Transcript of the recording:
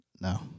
No